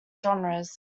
genres